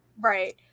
right